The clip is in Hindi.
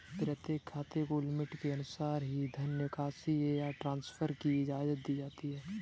प्रत्येक खाते को लिमिट के अनुसार ही धन निकासी या ट्रांसफर की इजाजत दी जाती है